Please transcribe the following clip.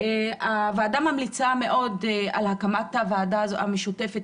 הוועדה ממליצה מאוד על הקמת הוועדה המשותפת